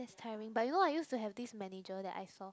it's tiring but you know I used to have this manager that I saw